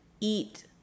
eat